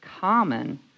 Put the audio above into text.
common